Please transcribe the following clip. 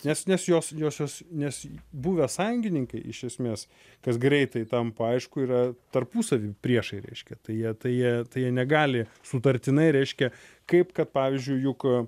nes nes jos josios nes buvę sąjungininkai iš esmės kas greitai tampa aišku yra tarpusavy priešai reiškia tai jie tai jie tai jie negali sutartinai reiškia kaip kad pavyzdžiui juk